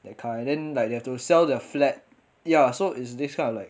that kind then like you have to sell the flat ya so it's this kind of like